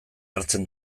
hartzen